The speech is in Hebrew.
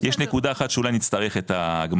יש נקודה אחת שאולי נצטרך את ההגמשה,